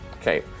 Okay